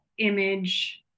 image